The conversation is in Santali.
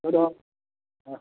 ᱟᱫᱚ ᱚ ᱦᱚᱸ